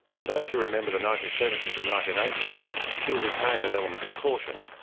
and those who remember the nineteen seventy s and nineteen eighty s still retain an element of caution.